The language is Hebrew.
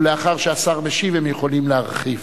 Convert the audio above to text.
ולאחר שהשר משיב הם יכולים להרחיב.